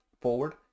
forward